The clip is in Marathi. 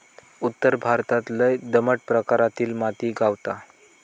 उत्तर भारतात लय दमट प्रकारातली माती गावता